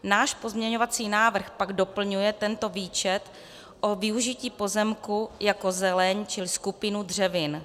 Náš pozměňovací návrh pak doplňuje tento výčet o využití pozemku jako zeleň či skupinu dřevin.